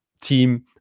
team